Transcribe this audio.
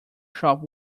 shop